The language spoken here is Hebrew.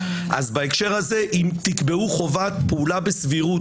בהקשר הזה אם תקבעו חובת פעולה בסבירות,